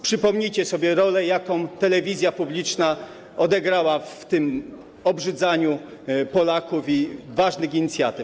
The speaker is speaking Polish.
Przypomnijcie sobie rolę, jaką telewizja publiczna odegrała w tym obrzydzaniu Polaków i ważnych inicjatyw.